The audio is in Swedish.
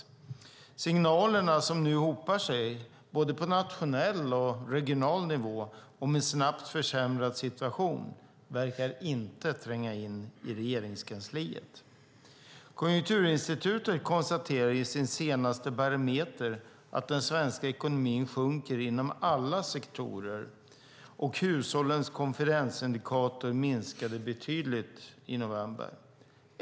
De signaler som nu hopar sig på både nationell och regional nivå om en snabbt försämrad situation verkar inte tränga in i Regeringskansliet. Konjunkturinstitutet konstaterar i sin senaste barometer att den svenska ekonomin sjunker inom alla sektorer. Hushållens konfidensindikator minskade betydligt i november.